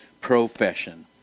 profession